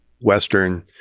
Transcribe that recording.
Western